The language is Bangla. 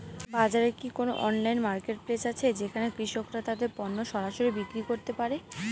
বাজারে কি কোন অনলাইন মার্কেটপ্লেস আছে যেখানে কৃষকরা তাদের পণ্য সরাসরি বিক্রি করতে পারে?